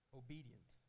obedient